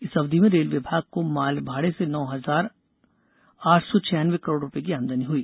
इस अवधि में रेल विभाग को मालभाड़े से नौ हजार आठ सौ छियानवे करोड़ रूपये की आमदनी हुई